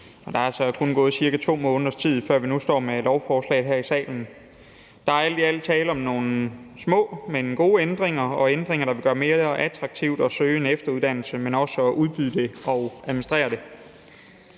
er altså kun gået ca. 2 måneders tid, før vi nu står med lovforslaget her i salen. Der er alt i alt tale om nogle små, men gode ændringer og ændringer, der vil gøre det mere attraktivt at søge en efteruddannelse, men også at udbyde det og administrere det.